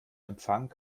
empfang